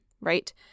right